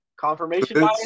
confirmation